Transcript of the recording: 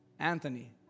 Anthony